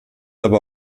aber